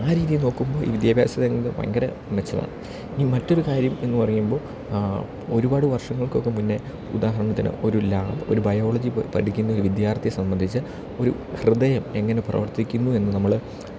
ആ രീതിയിൽ നോക്കുമ്പോൾ ഈ വിദ്യാഭ്യാസ രംഗം ഭയങ്കര മെച്ചമാണ് ഇനി മറ്റൊരു കാര്യം എന്ന് പറയുമ്പോൾ ഒരുപാട് വർഷങ്ങൾക്കൊക്കെ മുന്നേ ഉദാഹരണത്തിന് ഒരു ലാബ് ഒരു ബയോളജി പഠിക്കുന്ന വിദ്യാർത്ഥിയെ സംബന്ധിച്ച് ഒരു ഹൃദയം എങ്ങനെ പ്രവർത്തിക്കുന്നു എന്ന് നമ്മൾ